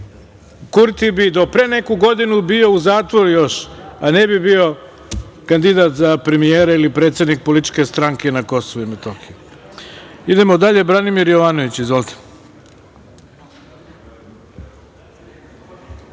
Kurti bi do pre neku godinu bio u zatvoru još, a ne bi bio kandidat za premijera ili predsednik političke stranke na Kosovu i Metohiji. Idemo dalje. Reč ima narodni poslanik